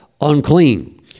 unclean